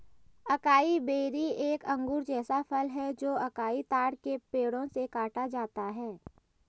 acai berry एक अंगूर जैसा फल है जो अकाई ताड़ के पेड़ों से काटा जाता है